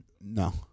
No